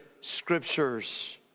Scriptures